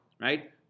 right